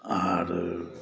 आर